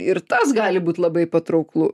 ir tas gali būt labai patrauklu